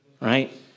Right